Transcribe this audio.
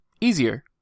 easier